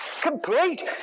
complete